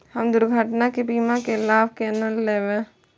हम दुर्घटना के बीमा के लाभ केना लैब?